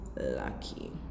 lucky